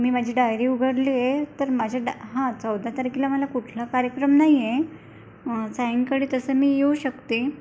मी माझी डायरी उघडली आहे तर माझ्या डा हा चौदा तारखेला मला कुठला कार्यक्रम नाही आहे सायंकळी तसं मी येऊ शकते